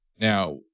Now